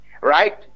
right